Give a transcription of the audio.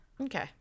Okay